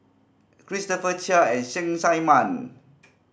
Christopher Chia and Cheng Tsang Man